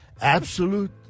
absolute